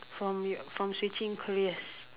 from your from switching careers